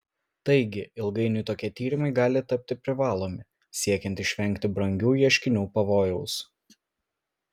taigi ilgainiui tokie tyrimai gali tapti privalomi siekiant išvengti brangių ieškinių pavojaus